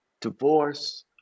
divorce